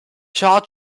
jaw